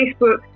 facebook